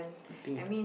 I think